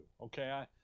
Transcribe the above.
Okay